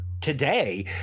Today